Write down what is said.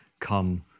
come